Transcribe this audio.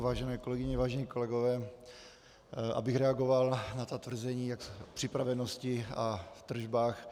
Vážené kolegyně, vážení kolegové, abych reagoval na ta tvrzení jak připravenosti a tržbách.